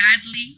sadly